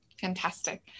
Fantastic